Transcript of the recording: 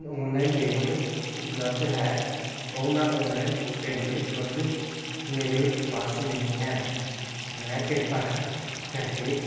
online payment ਉਪਲਬਧ ਹੈ ਉਹ ਮੈਂ ਔਨਲਾਈਨ ਪੇਮੈਂਟ ਉਪਲਬਧ ਮੇਰੇ ਪਾਸ ਨਹੀਂ ਹੈ ਮੈਂ ਕਿਰਪਾ ਕਰਕੇ